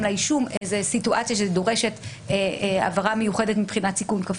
לאישום איזו סיטואציה שדורשת הבהרה מיוחדת מבחינת סיכום כפול.